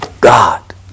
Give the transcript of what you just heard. God